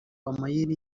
amayeri